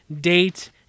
date